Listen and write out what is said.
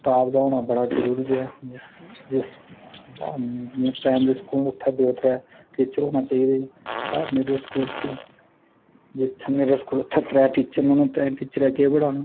staff दा होना ब़ड़ा जरूरी ऐ जियां प्राईम्री स्कूल न उत्थै दो त्रै टीचर होने चाहिदे मिडल स्कूल न ते त्रै टीचरें केह् पढ़ाना